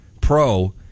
pro